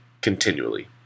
continually